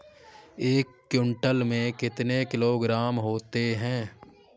एक क्विंटल में कितने किलोग्राम होते हैं?